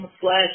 slash